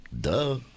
Duh